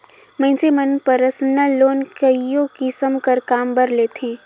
मइनसे मन personal loan कइयो किसिम कर काम बर लेथें